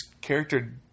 character